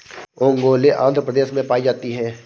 ओंगोले आंध्र प्रदेश में पाई जाती है